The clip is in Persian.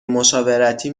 مشاورتی